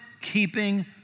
keeping